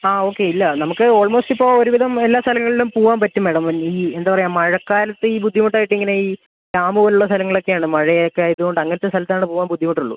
ആ ഓക്കെ ഇല്ല നമുക്ക് ആൾമോസ്റ്റ് ഇപ്പോൾ ഒരുവിധം എല്ലാ സ്ഥലങ്ങളിലും പോവാൻ പറ്റും മാഡം എന്താ പറയുക മഴക്കാലത്ത് ഈ ബുദ്ധിമുട്ടായിട്ട് ഇങ്ങനെ ഈ ഡാമുപോലുള്ള സ്ഥലങ്ങളൊക്കെയാണ് മഴയൊക്കെ ആയതുകൊണ്ട് അങ്ങനത്തെ സ്ഥലത്താണ് പോവാൻ ബുദ്ധിമുട്ടുള്ളൂ